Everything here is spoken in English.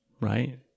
Right